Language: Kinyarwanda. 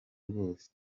rwose